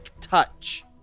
touch